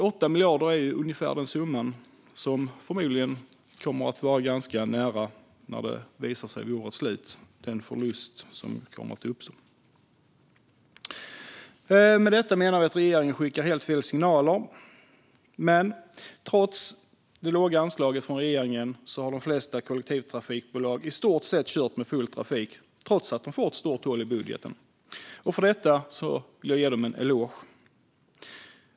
8 miljarder är ungefär den summa som förmodligen vid årets slut kommer att ligga nära den förlust som kommer att uppstå. Med detta menar vi att regeringen skickar helt fel signaler. Trots det låga anslaget från regeringen har de flesta kollektivtrafikbolag i stort sett kört med full trafik, även om de kommer att få ett stort hål i budgeten. Och för detta vill jag ge dem en eloge.